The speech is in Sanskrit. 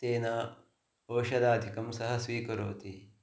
तेन औषदाधिकं सः स्वीकरोति